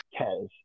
Kez